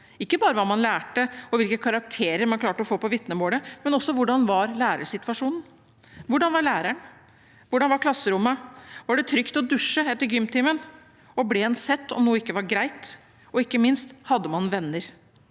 ikke bare hva man lærte, og hvilke karakterer man klarte å få på vitnemålet, men også hvordan læresituasjonen var. Hvordan vær læreren, hvordan var klasserommet, var det trygt å dusje etter gymtimen, ble en sett om noe ikke var greit og – ikke minst – hadde man venner?